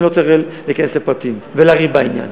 ואני לא רוצה להיכנס לפרטים ולריב בעניין.